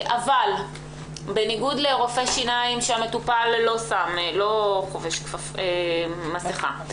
בניגוד לרופא שיניים שהמטופל לא חובש מסכה,